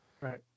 right